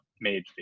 made